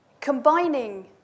combining